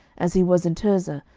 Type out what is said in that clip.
as he was in tirzah,